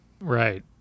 right